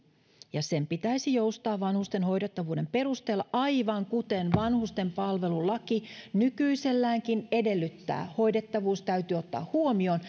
ja sen pitäisi joustaa vanhusten hoidettavuuden perusteella aivan kuten vanhustenpalvelulaki nykyiselläänkin edellyttää hoidettavuus täytyy ottaa huomioon